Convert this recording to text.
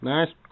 Nice